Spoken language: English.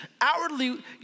outwardly